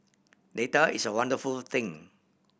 data is a wonderful thing